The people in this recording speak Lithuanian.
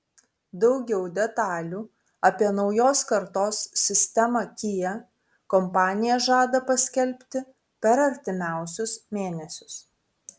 daugiau detalių apie naujos kartos sistemą kia kompanija žada paskelbti per artimiausius mėnesius